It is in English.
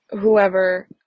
whoever